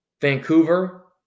Vancouver